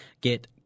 get